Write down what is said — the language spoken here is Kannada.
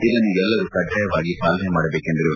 ಇದನ್ನು ಎಲ್ಲರೂ ಕಡ್ಡಾಯವಾಗಿ ಪಾಲನೆ ಮಾಡಬೇಕೆಂದರು